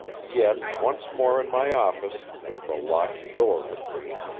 yet, once more in my office, with the locked door between,